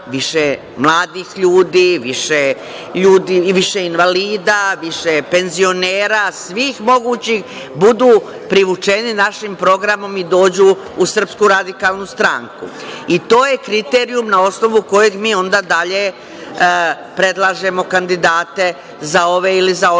više mladih ljudi, više invalida, više penzionera, svih mogućih budu privučeni našim programom i dođu u SRS. To je kriterijum na osnovu kojeg mi onda dalje predlažemo kandidate za ove ili za one